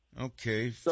Okay